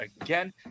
again